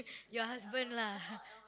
your husband lah